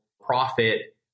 profit